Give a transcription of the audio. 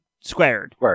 squared